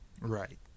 Right